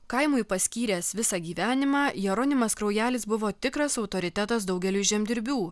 kaimui paskyręs visą gyvenimą jeronimas kraujelis buvo tikras autoritetas daugeliui žemdirbių